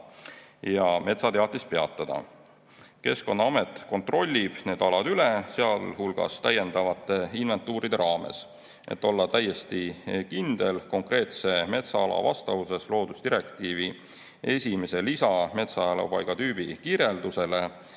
ja metsateatist peatada. Keskkonnaamet kontrollib need alad üle seal, sealhulgas täiendavate inventuuride raames, et olla täiesti kindel konkreetse metsaala vastavuses loodusdirektiivi esimese lisa metsaelupaigatüübi kirjeldusele,